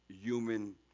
human